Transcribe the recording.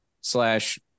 slash